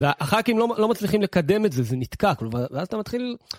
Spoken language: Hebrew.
והח״כים לא מצליחים לקדם את זה, זה נתקע, ואז אתה מתחיל...